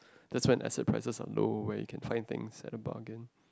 that's when asset prices are low where you can find things at a bargain